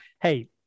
hey